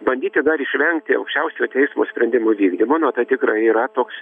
bandyti dar išvengti aukščiausiojo teismo sprendimų vykdymo nu tai tikra yra toks